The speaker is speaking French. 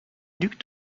duc